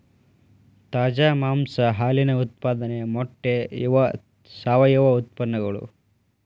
ತಾಜಾ ಮಾಂಸಾ ಹಾಲಿನ ಉತ್ಪಾದನೆ ಮೊಟ್ಟೆ ಇವ ಸಾವಯುವ ಉತ್ಪನ್ನಗಳು